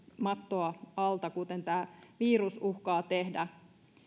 mattoa alta kuten tämä virus uhkaa tehdä